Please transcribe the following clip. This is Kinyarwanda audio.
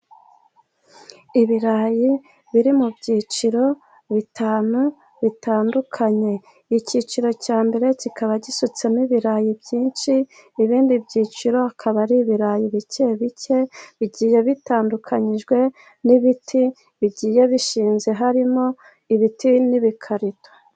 Ibirayi biri mu byiciro bitanu bitandukanye . Icyiciro cya mbere kikaba gisutsemo ibirayi byinshi, ibindi byiciro akaba ari ibirayi bike bike ,bigiye bitandukanyijwe n'ibiti bigiye bishinze harimo ibiti n'ibikarito.